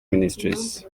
ministries